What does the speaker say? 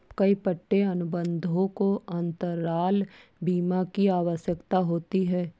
कई पट्टे अनुबंधों को अंतराल बीमा की आवश्यकता होती है